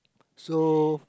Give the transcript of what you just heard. so